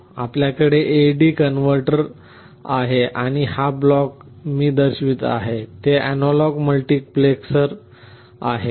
येथे आपल्याकडे AD converter आहे आणि हा ब्लॉक मी दाखवित आहे ते अॅनालॉग मल्टीप्लेक्सर आहे